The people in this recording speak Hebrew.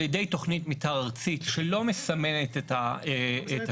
על ידי תוכנית מתאר ארצית שלא מסמנת את השטחים.